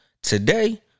Today